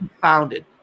founded